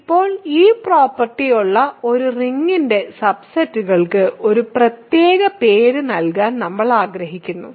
ഇപ്പോൾ ഈ പ്രോപ്പർട്ടി ഉള്ള ഒരു റിങ്ങിന്റെ സബ്സെറ്റുകൾക്ക് ഒരു പ്രത്യേക പേര് നൽകാൻ നമ്മൾ ആഗ്രഹിക്കുന്നു